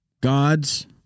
gods